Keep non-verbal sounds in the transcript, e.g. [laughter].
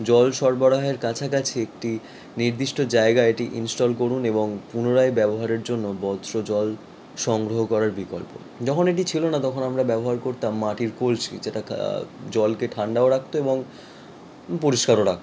জল সরবরাহের কাছাকাছি একটি নির্দিষ্ট জায়গা এটি ইনস্টল করুন এবং পুনরায় ব্যবহারের জন্য [unintelligible] জল সংগ্রহ করার বিকল্প যখন এটি ছিলো না তখন আমরা ব্যবহার করতাম মাটির কলসি যেটা কা জলকে ঠান্ডাও রাখতো এবং পরিষ্কারও রাখতো